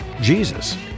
Jesus